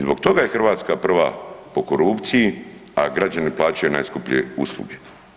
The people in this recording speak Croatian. I zbog toga je Hrvatska prva po korupciji, a građani plaćaju najskuplje usluge.